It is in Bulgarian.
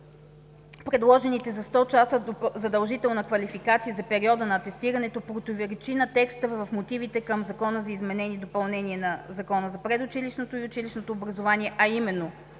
Предложените 100 часа задължителна квалификация за периода на атестирането противоречи на текста в мотивите към Закона за изменение и допълнение на Закона за предучилищното и училищното образование, а именно: